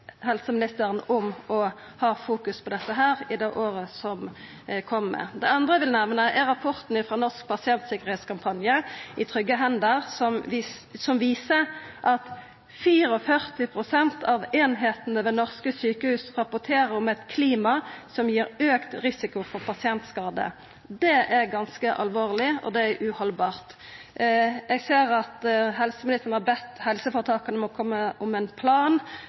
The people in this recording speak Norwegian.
helseministeren om å fokusera på dette i det året som kjem. Det andre eg vil nemne, er rapporten frå Norsk Pasientsikkerhetskampanje, I trygge hender, som viser at 44 pst. av einingane ved norske sjukehus rapporterer om eit klima som gir auka risiko for pasientskadar. Det er ganske alvorleg, og det er uhaldbart. Eg ser at helseministeren har bedt helseføretaka om ein plan, og det er bra, men at vi har ein